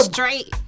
Straight